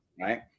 Right